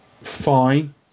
Fine